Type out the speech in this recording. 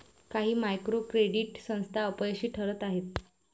काही micro credit संस्था अपयशी ठरत आहेत